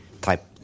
type